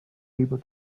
able